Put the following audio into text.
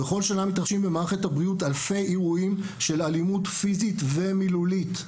בכל שנה מתרחשים במערכת הבריאות אלפי אירועים של אלימות פיסית ומילולית.